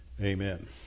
Amen